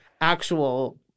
actual